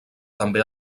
també